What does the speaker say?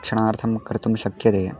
शिक्षणार्थं कर्तुं शक्यते